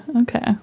okay